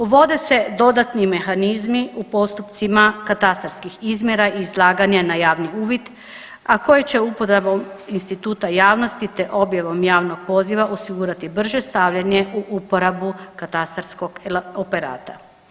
Uvode se dodatni mehanizmi u postupcima katastarskih izmjera i izlaganja na javni uvid, a koje će uporabom instituta javnosti te objavom javnog poziva osigurati brže stavljanje u uporabu katastarskog operata.